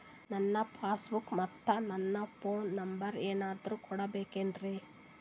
ನನ್ನ passbook ಮತ್ ನನ್ನ ಫೋನ್ ನಂಬರ್ ಏನಾದ್ರು ಕೊಡಬೇಕೆನ್ರಿ?